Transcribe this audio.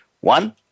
One